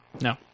No